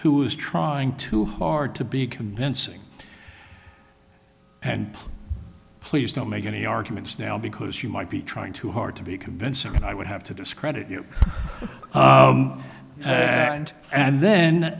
who was trying too hard to be convincing and please please don't make any arguments now because you might be trying too hard to be convincing and i would have to discredit you and and then